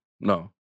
no